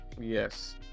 yes